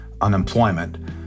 unemployment